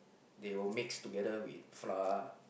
they will mix together with flour